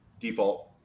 Default